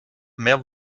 mehr